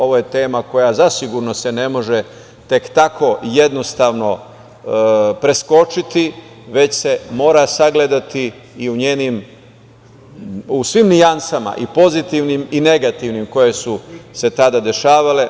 Ovo je tema koja zasigurno se ne može tek tako preskočiti, već se mora sagledati u svim nijansama, pozitivnim i negativnim, koje su se tada dešavale.